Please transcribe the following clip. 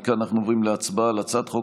מכאן אנחנו עוברים להצבעה על הצעת חוק